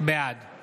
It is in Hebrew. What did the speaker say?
בעד אופיר כץ, נגד